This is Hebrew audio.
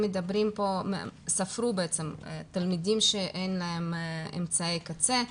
הם ספרו תלמידים שאין להם אמצעי קצה.